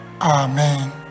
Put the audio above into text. Amen